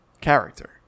character